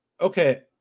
Okay